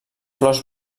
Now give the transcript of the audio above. flors